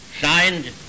signed